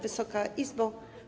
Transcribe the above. Wysoka Izbo!